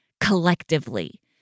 collectively